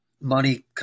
money